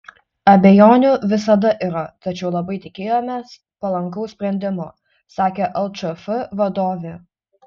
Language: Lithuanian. abejonių visada yra tačiau labai tikėjomės palankaus sprendimo sakė lčf vadovė